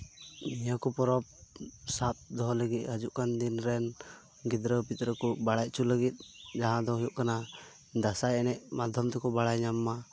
ᱱᱤᱭᱟᱹ ᱠᱚ ᱯᱚᱨᱚᱵᱽ ᱥᱟᱵ ᱫᱚᱦᱚ ᱞᱟᱹᱜᱤᱫ ᱦᱟ ᱡᱩᱜ ᱠᱟᱱ ᱫᱤᱱ ᱨᱮᱱ ᱜᱤᱫᱽᱨᱟᱹ ᱯᱤᱫᱽᱨᱟᱹ ᱠᱚ ᱵᱟᱲᱟᱭ ᱦᱚᱪᱚ ᱞᱟᱹᱜᱤᱫ ᱡᱟᱸᱦᱟ ᱫᱚ ᱦᱩᱭᱩᱜ ᱠᱟᱱᱟ ᱫᱟᱸᱥᱟᱭ ᱮᱱᱮᱡ ᱢᱟᱫᱽᱫᱷᱚᱢ ᱛᱮᱠᱚ ᱵᱟᱲᱟᱭ ᱧᱟᱢ ᱢᱟ